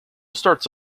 starts